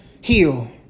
heal